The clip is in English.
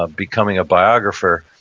ah becoming a biographer,